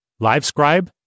Livescribe